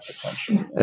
potential